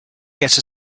get